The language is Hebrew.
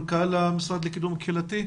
מנכ"ל המשרד לקידום קהילתי?